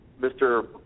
Mr